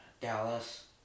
Dallas